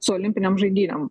su olimpinėm žaidynėm